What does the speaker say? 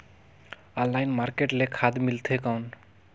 Online market ले खाद मिलथे कौन?